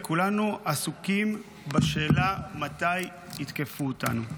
וכולנו עסוקים בשאלה מתי יתקפו אותנו.